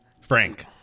Frank